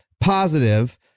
positive